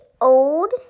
old